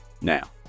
now